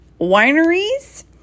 wineries